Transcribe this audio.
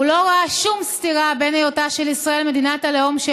הוא לא ראה שום סתירה בין היותה של ישראל מדינת הלאום של